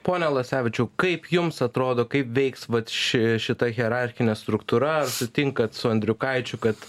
pone alasevičiau kaip jums atrodo kaip veiks vat ši šita hierarchinė struktūra ar sutinkat su andriukaičiu kad